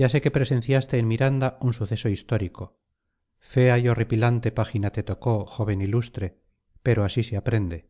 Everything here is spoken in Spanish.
ya sé que presenciaste en miranda un suceso histórico fea y horripilante página te tocó joven ilustre pero así se aprende